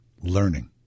Learning